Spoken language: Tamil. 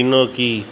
பின்னோக்கி